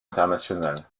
internationale